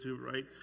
right